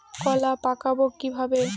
কলা পাকাবো কিভাবে?